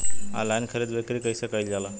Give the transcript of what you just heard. Online खरीद बिक्री कइसे कइल जाला?